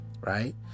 right